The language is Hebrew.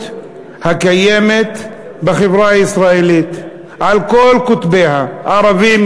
הקיימת בחברה הישראלית על כל קטביה: ערבים,